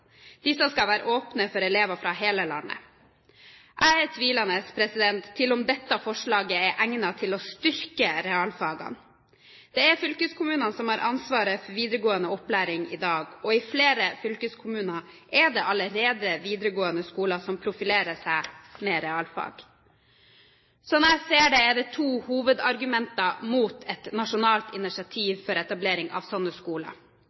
Disse skal være åpne for elever fra hele landet. Jeg er tvilende til om dette forslaget er egnet til å styrke realfagene. Det er fylkeskommunene som har ansvar for videregående opplæring i dag, og i flere fylkeskommuner er det allerede videregående skoler som profilerer seg med realfag. Slik jeg ser det, er det to hovedargumenter mot et nasjonalt initiativ for etablering av slike skoler.